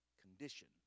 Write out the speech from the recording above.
condition